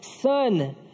Son